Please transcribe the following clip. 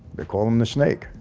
they call him the snake.